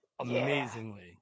Amazingly